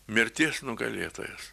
mirties nugalėtojas